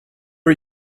are